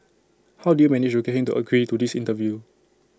how did you manage to get him to agree to this interview